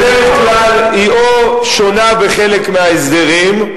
ובדרך כלל היא או שונה בחלק מההסדרים,